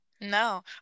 No